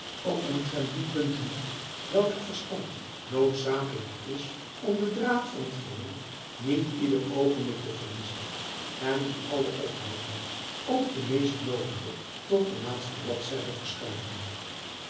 ook omtrent die punten welker verstand noodzakelijk is om den draad van het geheel niet ieder oogenblik te verliezen en die alle opheldering ook de meest noodige tot de laatste bladzijde verschuiven